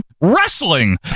Wrestling